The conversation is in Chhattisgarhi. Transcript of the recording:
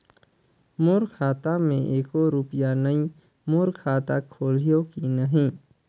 मोर खाता मे एको रुपिया नइ, मोर खाता खोलिहो की नहीं?